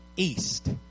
East